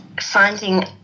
finding